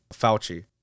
Fauci